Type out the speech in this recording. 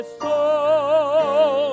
soul